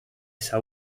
esa